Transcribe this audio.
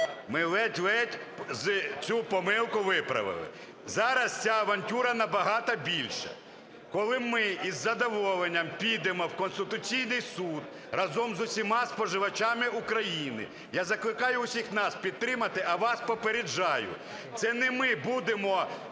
Ми ледь-ледь цю помилку виправили. Зараз ця авантюра набагато більша. Коли ми із задоволенням підемо в Конституційний Суд разом з усіма споживачами України, я закликаю усіх нас підтримати. А вас попереджаю: це не ми будемо